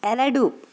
ಎರಡು